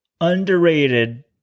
underrated